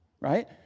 Right